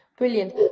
Brilliant